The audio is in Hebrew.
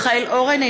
(קוראת בשמות חברי הכנסת) מיכאל אורן,